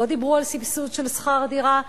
לא דיברו על סבסוד של שכר דירה.